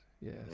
Yes